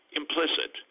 implicit